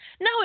no